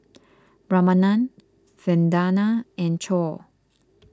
Ramanand Vandana and Choor